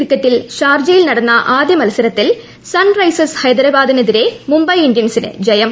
ക്രിക്കറ്റിൽ ഷാർജയിൽ നടന്ന ആദ്യ മത്സരത്തിൽ സൺറൈസേഴ്സ് ഹൈദരാബാദിനെതിരെ മുംബൈ ഇന്ത്യൻസിന് ജയം